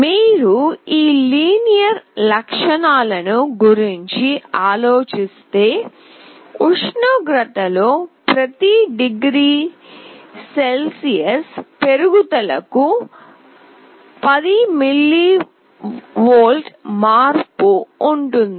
మీరు ఈ సరళ లక్షణాల గురించి ఆలోచిస్తే ఉష్ణోగ్రతలో ప్రతి డిగ్రీ సెల్సియస్ పెరుగుదలకు 10 milV మార్పు ఉంటుంది